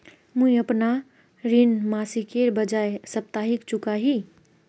मुईअपना ऋण मासिकेर बजाय साप्ताहिक चुका ही